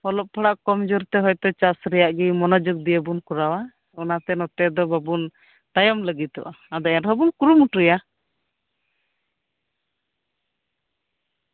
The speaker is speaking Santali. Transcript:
ᱚᱞᱚᱜ ᱯᱟᱲᱦᱟᱜ ᱠᱚᱢ ᱡᱳᱨᱛᱮ ᱪᱟᱥᱵᱟᱥ ᱜᱮᱵᱚᱱ ᱠᱚᱨᱟᱣᱟ ᱚᱱᱟᱛᱮ ᱱᱚᱛᱮ ᱫᱚ ᱵᱟᱵᱚᱱ ᱛᱟᱭᱚᱢ ᱞᱟᱹᱜᱤᱫᱚᱜᱼᱟ ᱟᱫᱚ ᱮᱱᱨᱮᱦᱚᱸ ᱵᱚᱱ ᱠᱩᱨᱩᱢᱩᱴᱩᱭᱟ